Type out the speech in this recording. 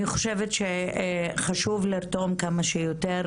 אני חושבת שחשוב לרתום כמה שיותר,